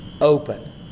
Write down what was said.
open